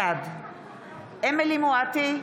בעד אמילי חיה מואטי,